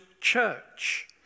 church